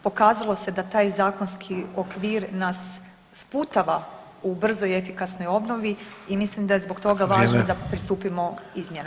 Pokazalo se da taj zakonski okvir nas sputava u brzoj i efikasnoj obnovi i mislim da je zbog toga važno [[Upadica Sanader: Vrijeme.]] da pristupimo izmjenama.